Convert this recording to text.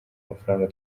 amafaranga